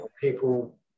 people